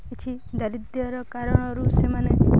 ଅଛି ଦାରିଦ୍ର୍ୟର କାରଣରୁ ସେମାନେ